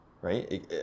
right